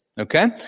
Okay